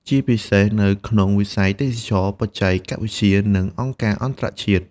ជាពិសេសនៅក្នុងវិស័យទេសចរណ៍ បច្ចេកវិទ្យា និងអង្គការអន្តរជាតិ។